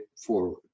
forward